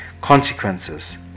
consequences